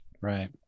Right